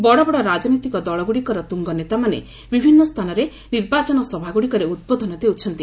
ବଡବଡ ରାଜନୈତିକ ଦଳଗୁଡ଼ିକର ତୁଙ୍ଗ ନେତାମାନେ ବିଭିନ୍ନ ସ୍ଥାନରେ ନିର୍ବାଚନ ସଭା ଗୁଡ଼ିକରେ ଉଦ୍ବୋଧନ ଦେଉଛନ୍ତି